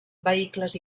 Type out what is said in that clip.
vehicles